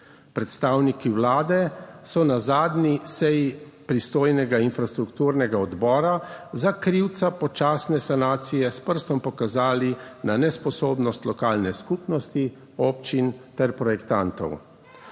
Predstavniki Vlade so na zadnji seji pristojnega infrastrukturnega odbora za krivca počasne sanacije s prstom pokazali na nesposobnost lokalne skupnosti, občin ter projektantov.